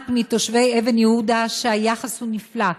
שומעת מתושבי אבן יהודה שהיחס הוא נפלא,